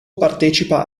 partecipa